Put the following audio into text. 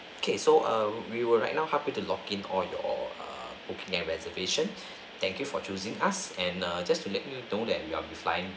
okay so um we will right now help you to login all your err booking and reservation thank you for choosing us and err just to let you know that you will be flying